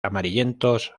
amarillentos